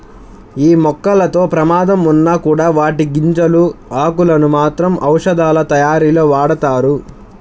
యీ మొక్కలతో ప్రమాదం ఉన్నా కూడా వాటి గింజలు, ఆకులను మాత్రం ఔషధాలతయారీలో వాడతారు